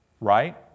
right